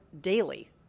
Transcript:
daily